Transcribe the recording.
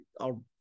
I'll-